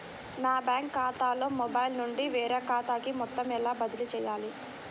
నా బ్యాంక్ ఖాతాలో మొబైల్ నుండి వేరే ఖాతాకి మొత్తం ఎలా బదిలీ చేయాలి?